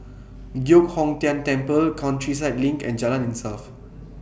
Giok Hong Tian Temple Countryside LINK and Jalan Insaf